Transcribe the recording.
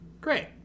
Great